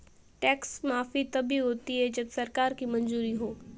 tax माफी तभी होती है जब सरकार की मंजूरी हो